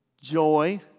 joy